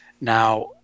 Now